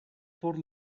por